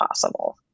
possible